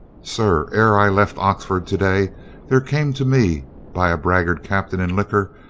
sir, ere i left oxford to day there came to me by a braggart captain in liquor,